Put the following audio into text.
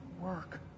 work